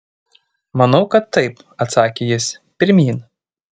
manau kad taip atsakė jis pirmyn